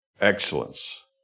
excellence